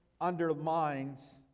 undermines